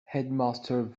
headmaster